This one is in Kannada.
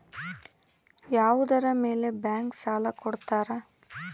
ಯಾವುದರ ಮೇಲೆ ಬ್ಯಾಂಕ್ ಸಾಲ ಕೊಡ್ತಾರ?